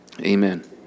Amen